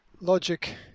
logic